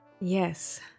Yes